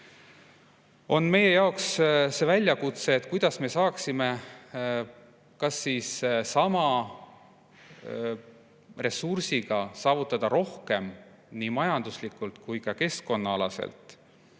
on meie jaoks see väljakutse, kuidas me saaksime kas siis sama ressursiga saavutada rohkem nii majanduslikult kui ka keskkonnaalaselt